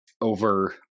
over